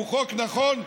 הוא חוק נכון,